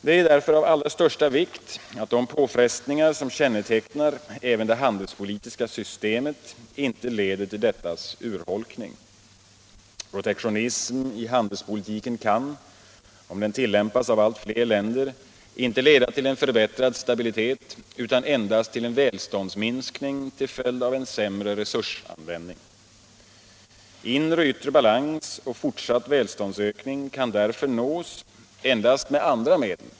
Det är därför av allra största vikt att de påfrestningar som kännetecknar även det handelspolitiska systemet inte leder till dettas urholkning. Protektionism i handelspolitiken kan, om den tillämpas av allt flera länder, inte leda till en förbättrad stabilitet utan endast till en välståndsminskning till följd av en sämre resursanvändning. Inre och yttre balans och fortsatt välståndsökning kan därför nås endast med andra medel.